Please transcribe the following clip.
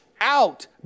out